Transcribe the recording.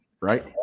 right